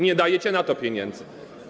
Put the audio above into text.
Nie dajecie na to pieniędzy.